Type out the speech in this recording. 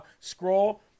scroll